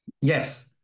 Yes